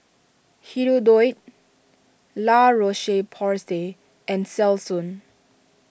Hirudoid La Roche Porsay and Selsun